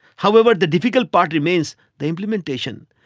however, the difficult part remains the implementation.